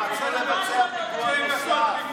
הם רצו לשרוף עוד בתים.